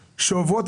שעוברות,